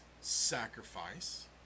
sacrifice